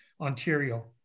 Ontario